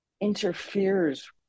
interferes